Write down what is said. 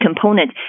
component